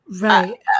Right